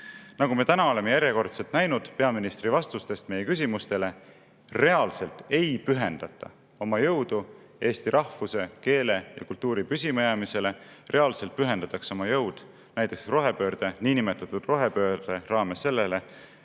Nagu me täna oleme järjekordselt näinud peaministri vastustest meie küsimustele, reaalselt ei pühendata oma jõudu eesti rahvuse, keele ja kultuuri püsimajäämisele. Reaalselt pühendatakse oma jõud näiteks niinimetatud rohepöörde raames sellele,